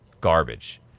garbage